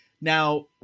Now